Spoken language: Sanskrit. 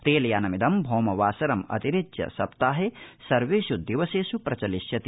रेलयानमिदं भौमवासरं अतिरिच्य सप्ताहे सर्वेष् दिवसेष् प्रचलिष्यति